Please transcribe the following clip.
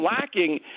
lacking